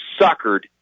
suckered